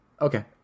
Okay